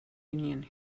union